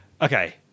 Okay